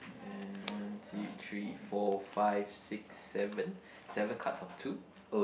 and one two three four five six seven seven cards of two